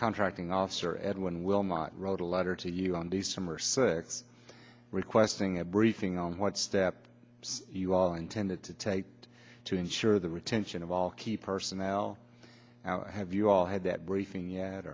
contracting officer edwin wilmot wrote a letter to you on the summer six requesting a briefing on what steps you all intended to take to ensure the retention of all key personnel out have you all had that briefing yet